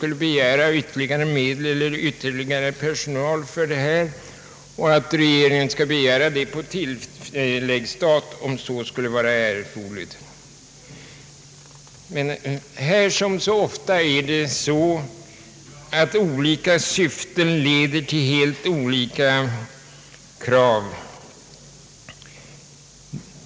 Om den begär ytterligare medel för personalförstärkningar etc. kan regeringen i sin tur begära dessa på tilläggsstat, om detta skulle visa sig erforderligt. Här som så ofta annars medför olika syften helt olika krav.